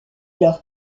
leur